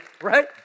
right